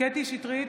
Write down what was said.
קטי קטרין שטרית,